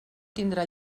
tindrà